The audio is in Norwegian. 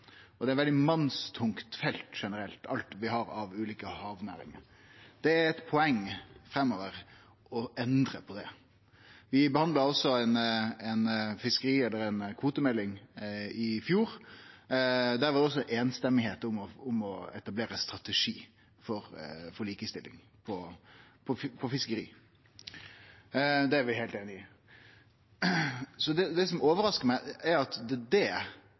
og det er eit veldig mannstungt felt generelt – alt vi har av ulike havnæringar. Det er eit poeng framover å endre på det. Vi behandla ei kvotemelding i fjor, der ein også var samrøystes om å etablere ein strategi for likestilling innan fiskeri. Det er vi heilt einige om. Det som overraskar meg, er at det er